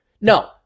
No